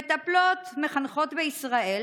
מטפלות מחנכות בישראל